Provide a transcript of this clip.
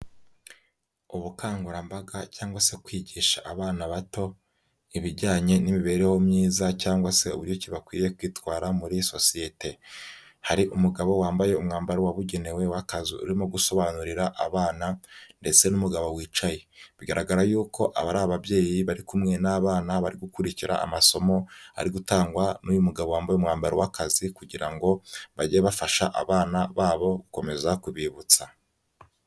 Ubukangurambaga cyangwa se kwigisha abana bato ibijyanye n'imibereho myiza cyangwa se uburyo ki bakwiye kwitwara muri sosiyete, hari umugabo wambaye umwambaro wabugenewe urimo gusobanurira abana, ndetse n'umugabo wicaye bigaragara yuko aba ari ababyeyi bari kumwe n'abana bari gukurikira amasomo ari gutangwa n'uyu mugabo wambaye umwambaro w'akazi kugira ngo bajye bafasha abana babo gukomeza kubibutsa.